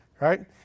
right